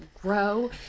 grow